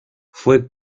fue